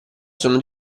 sono